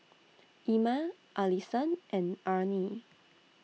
Ima Allison and Arnie